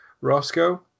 Roscoe